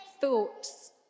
Thoughts